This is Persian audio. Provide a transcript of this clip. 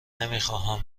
نمیخواهم